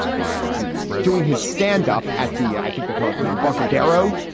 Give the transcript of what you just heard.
and he's doing his standup at the. i think they call it the embarcadero.